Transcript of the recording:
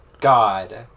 god